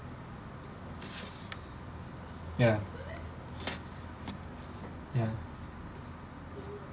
ya ya